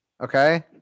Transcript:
Okay